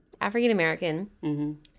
African-American